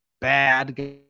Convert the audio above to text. bad